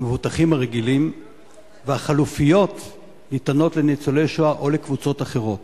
למבוטחים הרגילים והחלופיות ניתנות לניצולי שואה או לקבוצות אחרות.